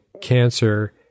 cancer